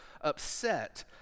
upset